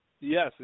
Yes